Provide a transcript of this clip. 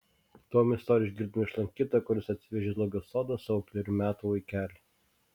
įdomią istoriją išgirdome iš lankytojo kuris atsivežė į zoologijos sodą savo kelerių metų vaikelį